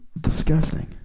Disgusting